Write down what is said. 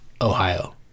ohio